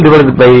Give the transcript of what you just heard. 96 Imp 36